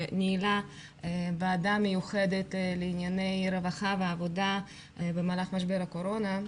שניהלה ועדה מיוחדת לענייני רווחה ועבודה במהלך משבר הקורונה,